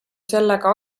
sellega